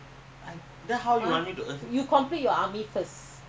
workers are locked up in the dormitory now september only they start to